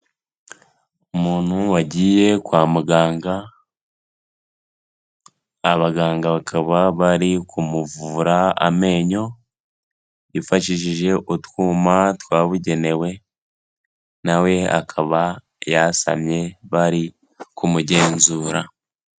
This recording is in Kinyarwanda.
Umuntu wagiye kwa muganga abaganga bakaba bari kumuvura amenyo yifashishije utwuma twabugenewe, na we akaba yasabye bari kumugenzura.